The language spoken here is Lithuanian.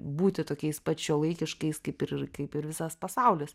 būti tokiais pat šiuolaikiškais kaip ir kaip ir visas pasaulis